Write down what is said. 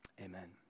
amen